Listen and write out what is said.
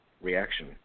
reaction